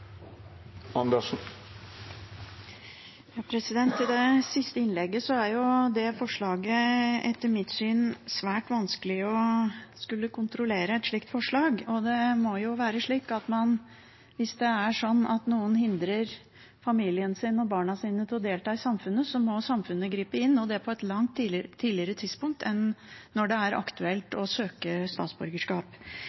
Til det siste innlegget: Det er etter mitt syn svært vanskelig å skulle kontrollere et slikt forslag. Hvis noen hindrer familien sin og barna sine i å delta i samfunnet, må samfunnet gripe inn, og det på et langt tidligere tidspunkt enn når det er aktuelt